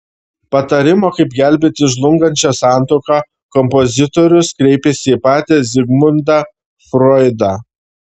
patarimo kaip gelbėti žlungančią santuoką kompozitorius kreipėsi į patį zigmundą froidą